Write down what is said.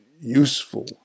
useful